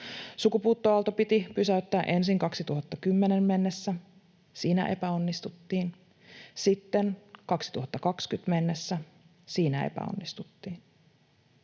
Sukupuuttoaalto piti pysäyttää ensin vuoteen 2010 mennessä — siinä epäonnistuttiin — sitten vuoteen 2020 mennessä — siinä epäonnistuttiin.